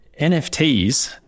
NFTs